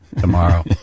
Tomorrow